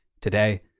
today